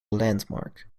landmark